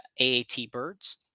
AATBirds